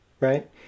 right